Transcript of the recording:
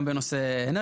גם בנושא אנרגיה.